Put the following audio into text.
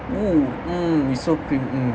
!whoa! mm it's so cream mm